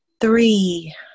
three